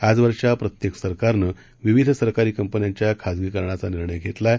आजवरच्या प्रत्येक सरकारानं विविध सरकारी कंपन्यांच्या खासगीकरणाचा निर्णय घेतला आहे